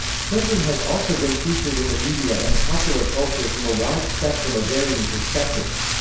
clinton has also been featured in the media and popular culture from a wide spectrum of varying perspectives.